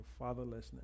fatherlessness